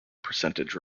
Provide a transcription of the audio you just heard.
percentage